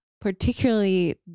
particularly